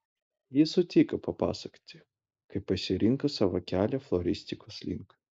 ji sutiko papasakoti kaip pasirinko savo kelią floristikos link